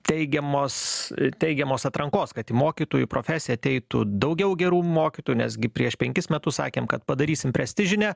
teigiamos teigiamos atrankos kad į mokytojų profesiją ateitų daugiau gerų mokytojų nes gi prieš penkis metus sakėm kad padarysim prestižine